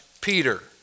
Peter